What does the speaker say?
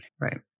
Right